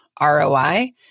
ROI